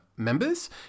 members